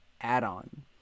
add-on